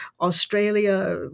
Australia